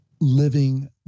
living